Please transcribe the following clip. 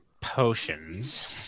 potions